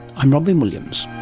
i'm robyn williams.